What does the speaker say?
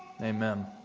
Amen